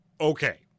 Okay